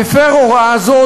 המפר הוראה זו,